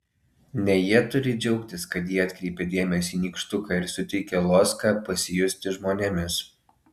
ne jie turi džiaugtis kad jie atkreipia dėmesį į nykštuką ir suteikia loską pasijusti žmonėmis